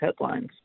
headlines